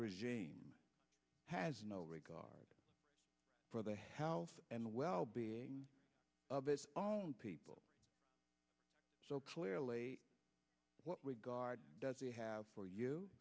regime has no regard for the health and well being of its people so clearly what we guard does we have for you